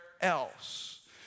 else